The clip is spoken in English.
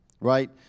right